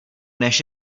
než